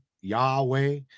Yahweh